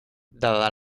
dada